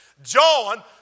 John